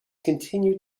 continue